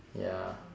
ya